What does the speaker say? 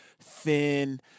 thin